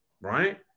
right